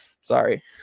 Sorry